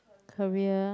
career